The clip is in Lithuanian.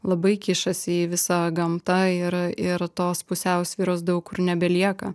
labai kišasi į visą gamtą ir ir tos pusiausvyros daug kur nebelieka